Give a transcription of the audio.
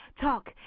talk